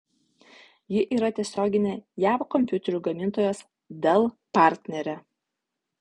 ji yra tiesioginė jav kompiuterių gamintojos dell partnerė